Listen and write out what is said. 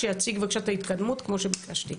שיציג בבקשה את ההתקדמות כמו שביקשתי.